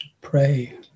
pray